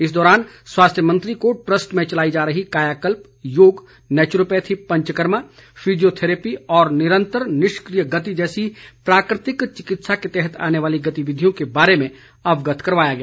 इस दौरान स्वास्थ्य मंत्री को ट्रस्ट में चलाई जा रही कायाकल्प योग नेच्रोपैथी पंचकर्मा फिजियोथेरेपी और निरंतर निष्किय गति जैसी प्राकृतिक चिकित्सा के तहत आने वाली गतिविधियों के बारे में अवगत कराया गया